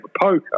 poker